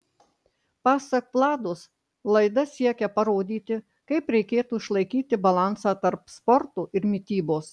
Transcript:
pasak vlados laida siekia parodyti kaip reikėtų išlaikyti balansą tarp sporto ir mitybos